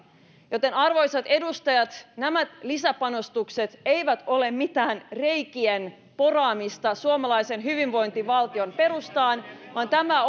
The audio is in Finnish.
joten arvoisat edustajat nämä lisäpanostukset eivät ole mitään reikien poraamista suomalaisen hyvinvointivaltion perustaan vaan tämä